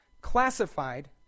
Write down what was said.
classified